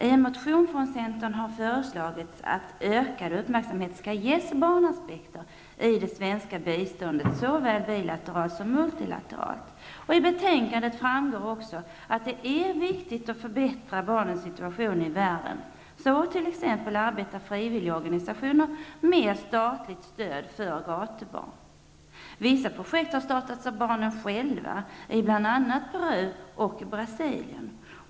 I en motion från centern har det föreslagits att ökad uppmärksamhet skall ges aspekterna på barn i det svenska biståndet såväl bilateralt som multilateralt. I betänkandet framgår också att det är viktigt att förbättra barnens situation i världen. T.ex. frivilligorganisationer arbetar med statligt stöd för gatubarn. Vissa projekt har startats av barnen själva, bl.a. i Peru och i Brasilien.